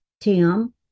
Tim